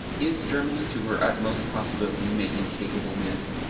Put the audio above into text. is germany to her utmost possibility making capable men?